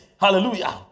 Hallelujah